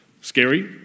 scary